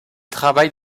travaille